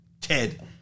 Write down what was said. Ted